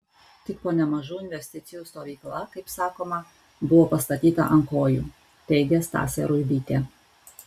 tik po nemažų investicijų stovykla kaip sakoma buvo pastatyta ant kojų teigė stasė ruibytė